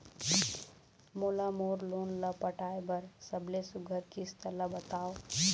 मोला मोर लोन ला पटाए बर सबले सुघ्घर किस्त ला बताव?